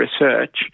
research